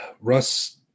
Russ